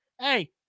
Hey